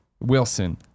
Wilson